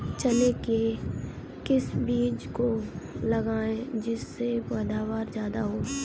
चने के किस बीज को लगाएँ जिससे पैदावार ज्यादा हो?